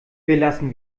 belassen